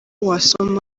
wasoma